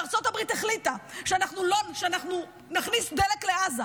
וארצות הברית החליטה שאנחנו נכניס דלק לעזה,